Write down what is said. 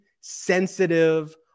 sensitive